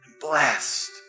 blessed